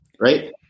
right